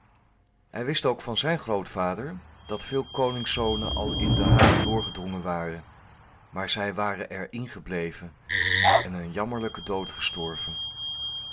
hij wist ook van zijn grootvader dat veel koningszonen al in de haag gedrongen waren maar zij waren er ingebleven en een jammerlijken dood gestorven